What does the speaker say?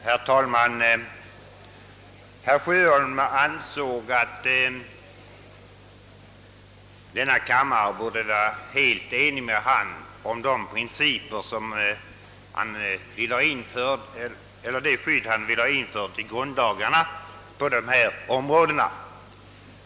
Herr talman! Herr Sjöholm ansåg att kammaren borde vara helt enig med honom om det skydd han vill ha infört i grundlagarna på det område det här gäller.